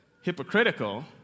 hypocritical